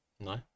No